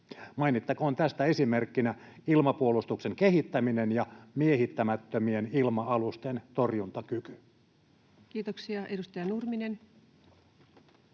Mainittakoon tästä esimerkkinä ilmapuolustuksen kehittäminen ja miehittämättömien ilma-alusten torjuntakyky. Kiitoksia. — Edustaja Nurminen.